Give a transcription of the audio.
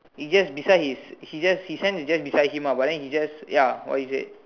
it's just beside his he just his hand is just beside him ah but then he just ya what he said